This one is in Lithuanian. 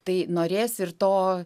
tai norės ir to